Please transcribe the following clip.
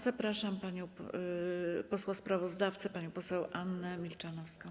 Zapraszam posła sprawozdawcę, panią poseł Annę Milczanowską.